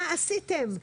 מה עשיתם?